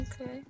Okay